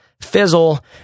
fizzle